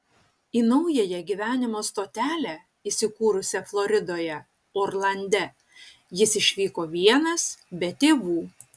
į naująją gyvenimo stotelę įsikūrusią floridoje orlande jis išvyko vienas be tėvų